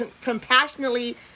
compassionately